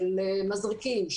של מזרקים,